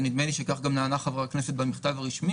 ונדמה לי שכך גם נענה חבר הכנסת במכתב הרשמי